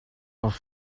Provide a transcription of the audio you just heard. auf